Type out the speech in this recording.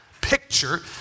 picture